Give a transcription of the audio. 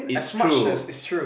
it's true